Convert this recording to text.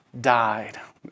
died